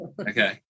okay